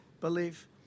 belief